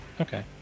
Okay